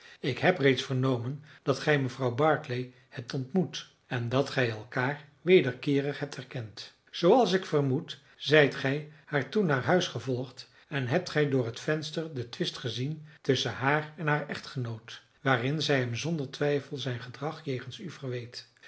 ik heb reeds vernomen dat gij mevrouw barclay hebt ontmoet en dat gij elkaar wederkeerig hebt herkend zooals ik vermoed zijt gij haar toen naar huis gevolgd en hebt gij door het venster den twist gezien tusschen haar en haar echtgenoot waarin zij hem zonder twijfel zijn gedrag jegens u verweet